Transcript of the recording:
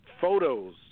photos